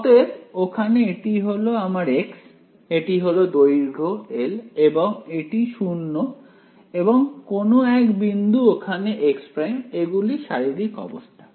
অতএব ওখানে এটি হলো আমার x এটি হল দৈর্ঘ্য l এবং এটি 0 এবং কোন এক বিন্দু ওখানে হলো x' এগুলি শারীরিক অবস্থা